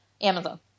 Amazon